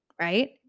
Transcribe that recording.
Right